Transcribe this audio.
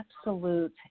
absolute